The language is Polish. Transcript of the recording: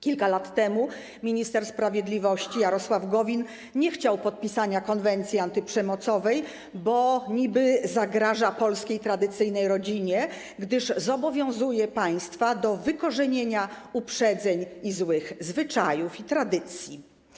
Kilka lat temu minister sprawiedliwości Jarosław Gowin nie chciał podpisania konwencji antyprzemocowej, bo niby zagraża polskiej tradycyjnej rodzinie, gdyż zobowiązuje państwa do wykorzenienia uprzedzeń i złych zwyczajów i tradycji.